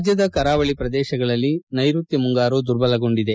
ರಾಜ್ದದ ಕರಾವಳಿ ಪ್ರದೇಶಗಳಲ್ಲಿ ನೈರುತ್ತ ಮುಂಗಾರು ದುರ್ಬಲಗೊಂಡಿದೆ